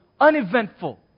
uneventful